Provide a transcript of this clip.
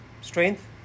strength